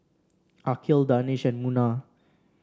Aqil Danish and Munah